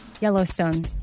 Yellowstone